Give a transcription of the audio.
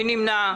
מי נמנע?